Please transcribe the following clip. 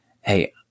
hey